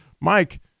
Mike